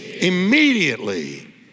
Immediately